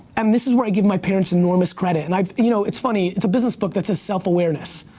and this is where i give my parents enormous credit, and i've, you know it's funny, it's a business book that says self-awareness.